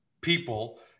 people